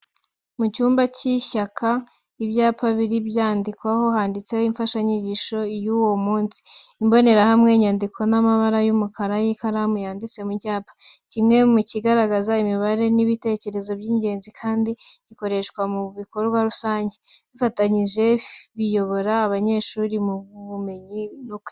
Mu cyumba cy’ishuri cyaka, ibyapa bibiri byandikwaho, handitseho imfashanyigisho y'uwo munsi. Imbonerahamwe, inyandiko n’amabara y'umukara y'ikaramu yanditse ku cyapa. Kimwe kigaragaza imibare n’ibitekerezo by’ingenzi, ikindi gikoreshwa mu bikorwa rusange. Bifatanyije biyobora abanyeshuri mu bumenyi no kwiga.